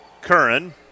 Curran